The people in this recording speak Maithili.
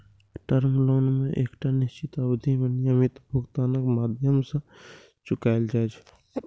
टर्म लोन कें एकटा निश्चित अवधि मे नियमित भुगतानक माध्यम सं चुकाएल जाइ छै